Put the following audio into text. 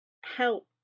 help